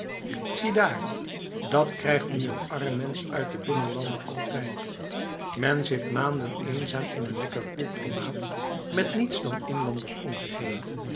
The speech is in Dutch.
ziedaar dat krijgt nu n arm mens uit de binnenlanden altijd men zit maanden eenzaam in een lekker koel klimaat met niets dan inlanders om zich heen